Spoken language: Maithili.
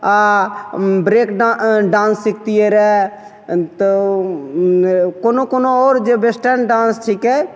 आओर ब्रेक डान्स सिखतिए रहै तऽ कोनो कोनो आओर जे वेस्टर्न डान्स छिकै